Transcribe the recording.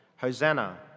Hosanna